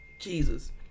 Jesus